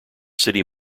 city